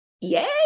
Yay